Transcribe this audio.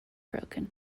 broken